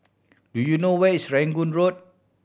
do you know where is Rangoon Road